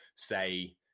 Say